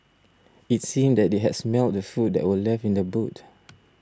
it seemed that they had smelt the food that were left in the boot